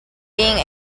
being